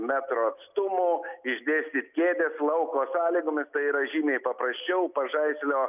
metro atstumų išdėstyt kėdes lauko sąlygomis tai yra žymiai paprasčiau pažaislio